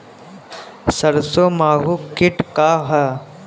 सरसो माहु किट का ह?